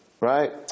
Right